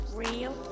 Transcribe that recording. real